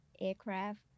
aircraft